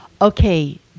Okay